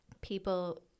people